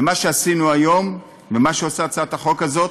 ומה שעשינו היום, מה שעושה הצעת החוק הזאת,